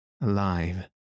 alive